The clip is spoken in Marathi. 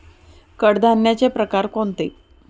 कडधान्याचे प्रकार कोणते?